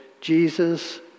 Jesus